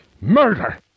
Murder